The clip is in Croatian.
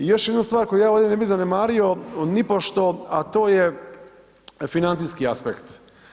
I još jednu stvar koju ja ovdje ne bi zanemario nipošto, a to je financijski aspekt.